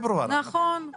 נכון, כי אנחנו כבר בפברואר.